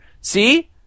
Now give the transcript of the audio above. See